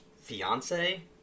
fiance